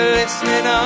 listening